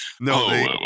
No